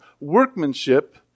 workmanship